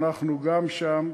ואנחנו גם שם,